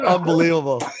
Unbelievable